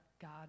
God